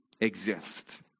exist